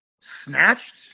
snatched